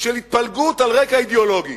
של התפלגות על רקע אידיאולוגי,